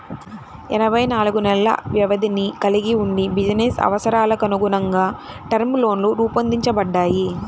ఎనభై నాలుగు నెలల వ్యవధిని కలిగి వుండి బిజినెస్ అవసరాలకనుగుణంగా టర్మ్ లోన్లు రూపొందించబడ్డాయి